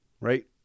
right